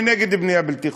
אני נגד בנייה בלתי חוקית,